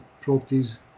properties